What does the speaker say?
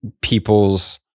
people's